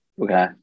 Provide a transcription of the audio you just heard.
Okay